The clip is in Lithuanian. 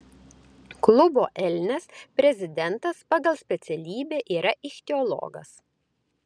klubo elnias prezidentas pagal specialybę yra ichtiologas